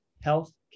health